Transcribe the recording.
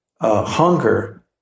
hunger